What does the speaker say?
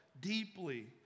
deeply